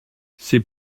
c’est